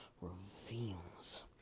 reveals